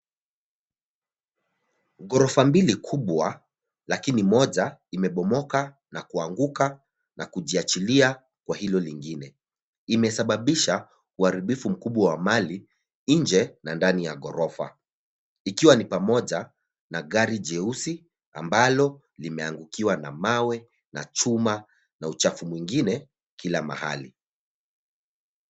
Ghorofa mbili kubwa lakini moja limebomoka na kuanguka na kujiashilia kwa hilo lingine. Imesababisha uharibifu mkubwa wa mali nje na ndani ya ghorofa. Ikiwa ni pamoja na gari jeusi ambalo limeangukiwa na mawe na chuma na uchafu mwingine kila mahali.